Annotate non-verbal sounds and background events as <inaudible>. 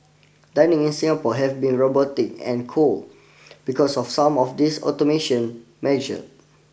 dining in Singapore have been robotic and cold <noise> because of some of these automation measure